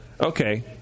okay